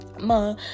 Ma